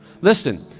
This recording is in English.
Listen